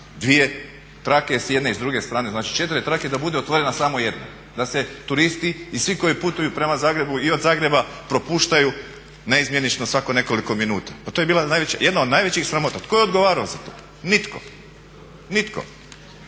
dvije trake i s jedne i s druge strane, znači četiri trake da bude otvorena samo jedna, da se turisti i svi koji putuju prema Zagrebu i od Zagreba propuštaju naizmjenično svako nekoliko minuta. Pa to je jedna od najvećih sramota. Tko je odgovarao za to? Nitko. A